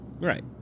Right